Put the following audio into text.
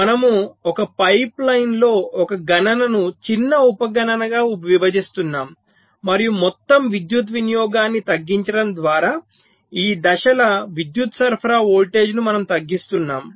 మనము ఒక పైప్లైన్లో ఒక గణనను చిన్న ఉప గణనగా విభజిస్తున్నాము మరియు మొత్తం విద్యుత్ వినియోగాన్ని తగ్గించడం ద్వారా ఈ దశల విద్యుత్ సరఫరా వోల్టేజ్ను మనము తగ్గిస్తున్నాము